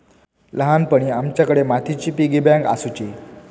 ल्हानपणी आमच्याकडे मातीची पिगी बँक आसुची